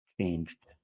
changed